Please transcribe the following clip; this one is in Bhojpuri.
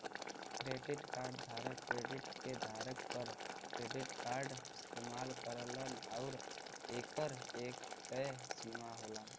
क्रेडिट कार्ड धारक क्रेडिट के आधार पर क्रेडिट कार्ड इस्तेमाल करलन आउर एकर एक तय सीमा होला